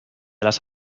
las